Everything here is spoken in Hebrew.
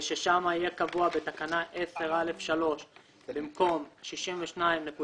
ששם יהיה קבוע בתקנה 10(א)(3) במקום "62.8%"